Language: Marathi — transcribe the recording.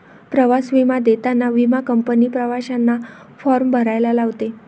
प्रवास विमा देताना विमा कंपनी प्रवाशांना फॉर्म भरायला लावते